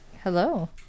Hello